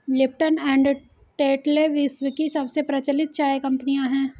Lipton and Tetley विश्व की सबसे प्रचलित चाय कंपनियां है